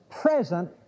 present